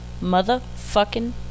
motherfucking